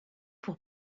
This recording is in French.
pour